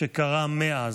שקרה מאז.